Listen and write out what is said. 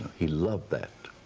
he loved that.